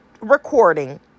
recording